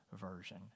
version